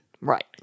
Right